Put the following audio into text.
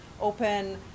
open